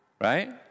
Right